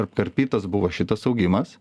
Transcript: apkarpytas buvo šitas augimas